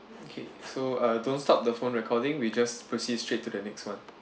okay so uh don't stop the phone recording we just proceed straight to the next one